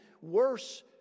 worse